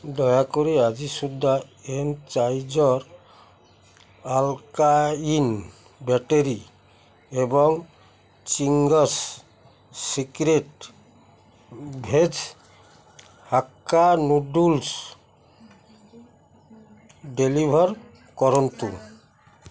ଦୟାକରି ଆଜି ସୁଦ୍ଧା ଏନର୍ଜାଇଜର୍ ଆଲ୍କାଲାଇନ୍ ବ୍ୟାଟେରୀ ଏବଂ Ching's secret veg hakka noodles deliver କରନ୍ତୁ